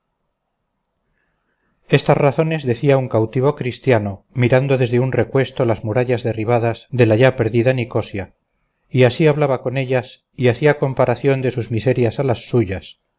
estas razones decía un cautivo cristiano mirando desde un recuesto las murallas derribadas de la ya perdida nicosia y así hablaba con ellas y hacía comparación de sus miserias a las suyas